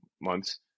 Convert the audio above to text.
months